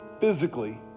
physically